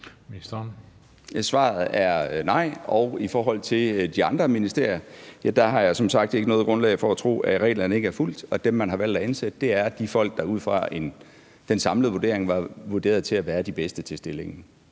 Svaret er nej. Og i forhold til de andre ministerier har jeg som sagt ikke noget grundlag for at tro, at reglerne ikke er fulgt. Dem, man har valgt at ansætte, er de folk, der ud fra den samlede vurdering er vurderet til at være de bedste til stillingerne.